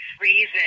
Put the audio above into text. reason